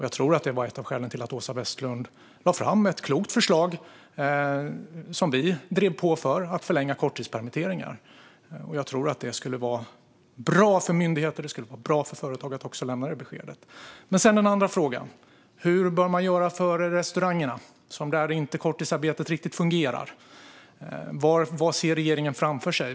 Jag tror att det var ett av skälen till att Åsa Westlund lade fram ett klokt förslag, som vi drev på, om att förlänga korttidspermitteringarna. Det skulle vara bra för myndigheter och företag att lämna det beskedet. Den andra frågan är: Hur bör man göra för restaurangerna? Det är där korttidsstödet inte riktigt fungerar. Vad ser regeringen framför sig?